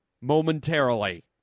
momentarily